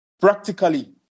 practically